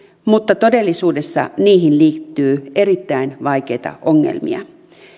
mutta todellisuudessa niihin liittyy erittäin vaikeita ongelmia